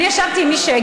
אני ישבתי עם מי שהגיע.